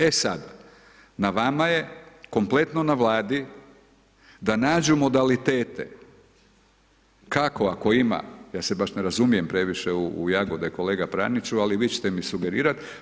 E sad, na vama je, kompletno na Vladi, da nađe modalitete kako, ako ima, ja se baš ne razumijem previše u jagode, kolega Praniću, ali vi ćete mi sugerirati.